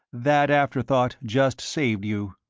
that afterthought just saved you.